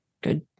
Good